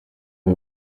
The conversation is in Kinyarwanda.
ari